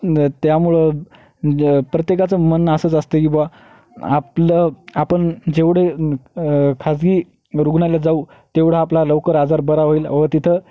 न त्यामुळं ज प्रत्येकाचं मन असंच असतं की बुवा आपलं आपण जेवढे खाजगी रुग्णालयात जाऊ तेवढं आपला लवकर आजार बरा होईल व तिथं